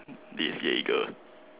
this is jaeger